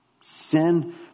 Sin